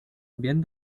bien